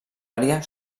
ària